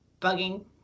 bugging